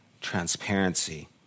transparency